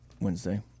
Wednesday